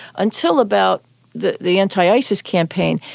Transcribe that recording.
until about the the anti-isis campaign,